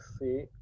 see